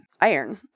iron